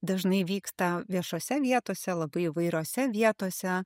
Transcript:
dažnai vyksta viešose vietose labai įvairiose vietose